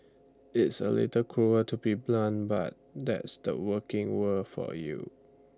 it's A little cruel to be blunt but that's the working world for you